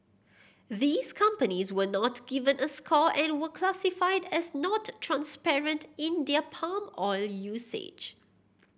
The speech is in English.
these companies were not given a score and were classified as not transparent in their palm oil usage